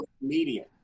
media